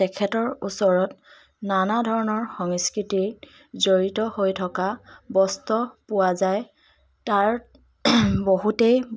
তেখেতৰ ওচৰত নানা ধৰণৰ সংস্কৃতি জড়িত হৈ থকা বস্ত্ৰ পোৱা যায় তাৰ বহুতেই